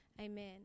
Amen